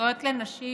זכויות לנשים,